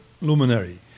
luminary